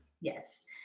Yes